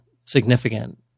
significant